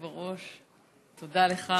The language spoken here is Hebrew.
היושב-ראש, תודה לך.